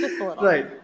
Right